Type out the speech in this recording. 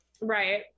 Right